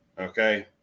Okay